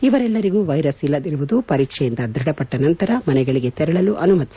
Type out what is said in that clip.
ಇವರೆಲ್ಲರಿಗೂ ವೈರಸ್ ಇಲ್ಲದಿರುವುದು ಪರೀಕ್ಷೆಯಿಂದ ದ್ವಢಪಟ್ಟ ನಂತರ ಮನೆಗಳಿಗೆ ತೆರಳಲು ಅನುಮತಿಸಲಾಯಿತು